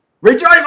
Rejoice